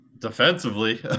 Defensively